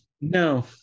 No